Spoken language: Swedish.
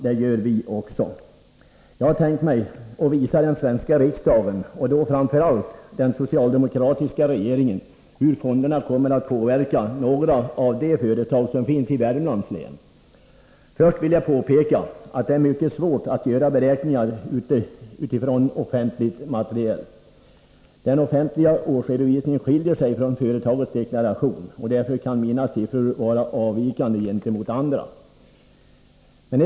Det gör vi också. Jag tänker visa den svenska riksdagen och framför allt den socialdemokratiska regeringen hur fonderna kommer att påverka några av de företag som finns i Värmlands län. Först vill jag påpeka att det är mycket svårt att göra beräkningar utifrån offentligt material. Den offentliga årsredovisningen skiljer sig från företagens deklaration. Därför kan mina siffror vara avvikande i förhållande till andra.